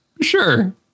Sure